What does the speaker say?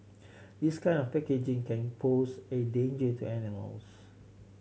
this kind of packaging can pose a danger to animals